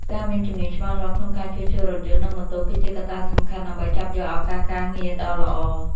ការមានជំនាញច្បាស់លាស់ក្នុងការជួសជុលរថយន្តនិងម៉ូតូគឺជាកត្តាសំខាន់ដើម្បីចាប់យកឱកាសការងារដ៏ល្អ។